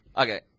okay